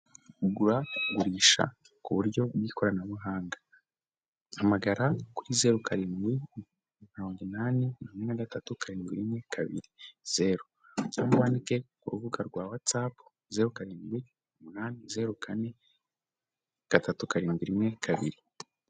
Kugura, kugurisha, ku buryo bw'ikoranabuhanga, mpamagara kuri zeru karindwi, mirongo inani kane gatatu karindwi rimwe kabiri zeru cyangwa wandike ku rubuga rwa watsapu zeru karindwi umunani zeru kane gatatu karindwi rimwe kabiri.